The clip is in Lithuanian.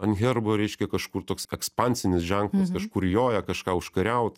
ant herbo reiškia kažkur toks ekspansinis ženklas kažkur joja kažką užkariaut